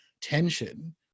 tension